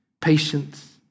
patience